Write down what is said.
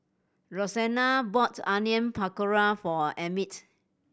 Roseanne bought Onion Pakora for Emmitt